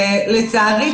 לצערי,